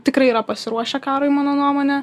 tikrai yra pasiruošę karui mano nuomone